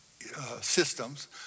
systems